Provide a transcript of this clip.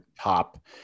top